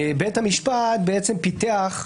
בית המשפט פיתח,